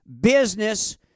business